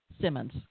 Simmons